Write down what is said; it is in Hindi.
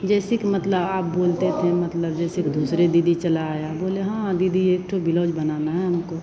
जैसे की मतलब आप बोलते थे मतलब जैसे दूसरे दीदी चले आए बोले हाँ दीदी एक ठो बिलोज बनाना है हमको